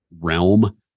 realm